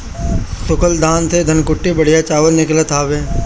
सूखल धान से धनकुट्टी बढ़िया चावल निकालत हवे